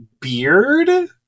beard